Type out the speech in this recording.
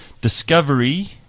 Discovery